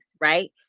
right